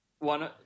One